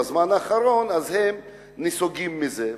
בזמן האחרון נסוגים מזה,